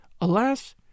Alas